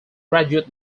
graduate